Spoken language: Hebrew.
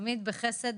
תמיד בחסד,